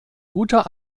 guter